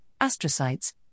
astrocytes